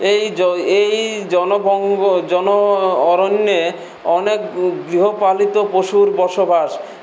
এই জ এই জনবঙ্গ জন অরণ্যে অনেক গৃহপালিত পশুর বসবাস